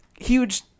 huge